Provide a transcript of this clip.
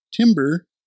timber